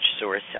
source